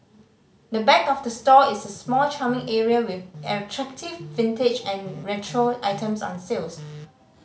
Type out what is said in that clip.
the back of the store is a small charming area with attractive vintage and retro items on sales